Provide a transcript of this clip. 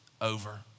over